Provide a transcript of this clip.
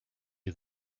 you